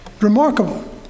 Remarkable